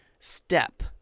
step